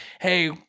hey